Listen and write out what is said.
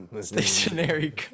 Stationary